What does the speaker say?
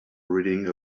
reading